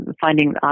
finding